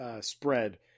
spread